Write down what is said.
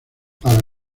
para